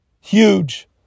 Huge